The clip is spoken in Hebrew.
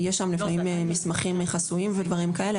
יש שם לפעמים מסמכים חסויים ודברים כאלה,